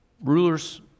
Rulers